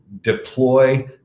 deploy